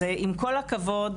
עם כל הכבוד,